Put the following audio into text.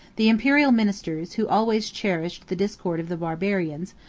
the imperial ministers, who always cherished the discord of the barbarians,